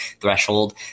threshold